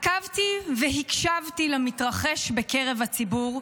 "עקבתי והקשבתי למתרחש בקרב הציבור,